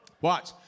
Watch